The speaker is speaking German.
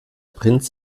prinz